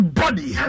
body